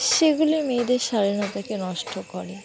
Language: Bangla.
সেগুলি মেয়েদের স্বাধীনতাকে নষ্ট করে